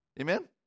Amen